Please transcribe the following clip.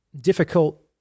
difficult